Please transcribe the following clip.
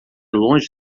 longe